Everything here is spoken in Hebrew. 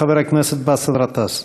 חבר הכנסת באסל גטאס.